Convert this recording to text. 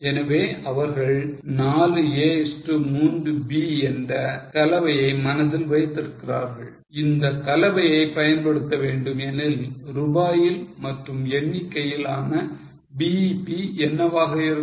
எனவே அவர்கள் 4 A is to 3 B என்ற கலவையை மனதில் வைத்திருக்கிறார்கள் அந்தக் கலவையை பயன்படுத்த வேண்டும் எனில் ரூபாயில் மற்றும் எண்ணிக்கையில் ஆன BEP என்னவாக இருக்கும்